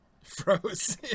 Froze